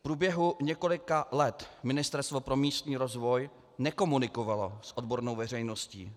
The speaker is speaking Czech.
V průběhu několika let Ministerstvo pro místní rozvoj nekomunikovalo s odbornou veřejností.